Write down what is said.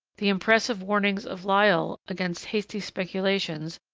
the impressive warnings of lyell against hasty speculations,